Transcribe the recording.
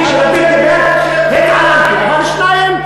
אני כשלפיד דיבר התעלמתי, אבל שניים.